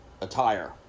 attire